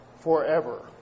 forever